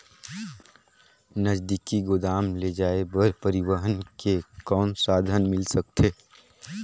नजदीकी गोदाम ले जाय बर परिवहन के कौन साधन मिल सकथे?